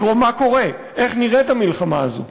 לקרוא מה קורה, איך נראית המלחמה הזאת,